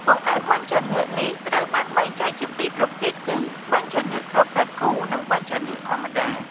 បង្អែមបាញ់ចានឿកនេះត្រូវបានបែកចែកជាពីរប្រភេទគឺ បាញ់ចានឿកគ្រាប់សាគូ និងបាញ់ចានឿកធម្មតា។